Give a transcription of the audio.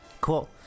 Cool